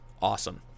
awesome